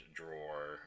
drawer